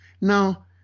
Now